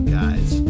guys